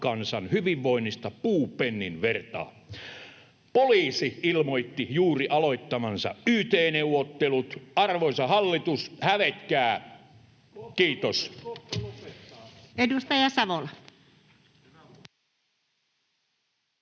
kansan hyvinvoinnista puupennin vertaa. Poliisi ilmoitti juuri aloittavansa yt-neuvottelut. [Jukka Gustafsson: Kohta lopettaa!] Arvoisa hallitus, hävetkää. — Kiitos. Edustaja Savola.